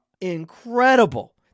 incredible